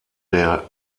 der